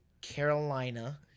Carolina